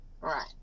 Right